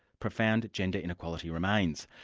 profound gender inequality remains.